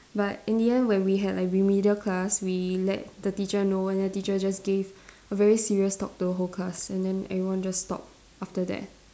but in the end when we had like remedial class we let the teacher know and the teacher just gave a very serious talk to the whole class and then everyone just stop after that